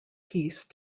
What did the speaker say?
peace